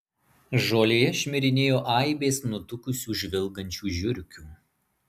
žolėje šmirinėjo aibės nutukusių žvilgančių žiurkių